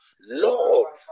Lord